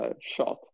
shot